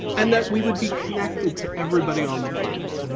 and that we would be connected to everybody on the planet,